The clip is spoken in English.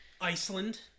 Iceland